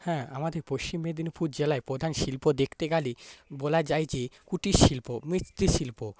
হ্যাঁ আমাদের পশ্চিম মেদিনীপুর জেলায় প্রধান শিল্প দেখতে গেলে বলা যায় যে কুটির শিল্প মিস্ত্রি শিল্প